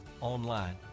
online